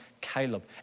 Caleb